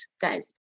guys